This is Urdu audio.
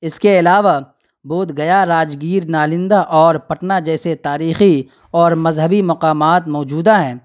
اس کے علاوہ بودھ گیا راجگیر نالندہ اور پٹنہ جیسے تاریخی اور مذہبی مقامات موجود ہیں